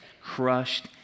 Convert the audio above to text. crushed